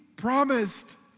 promised